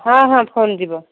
ହଁ ହଁ ଫୋନ୍ ଯିବ